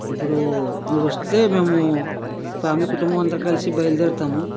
ఇప్పుడు మీరు వస్తే మేము ఫ్యామిలీ కుటుంబం అందరం కలిసి బయలు దేరుతాము